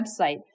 website